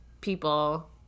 people